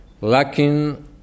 lacking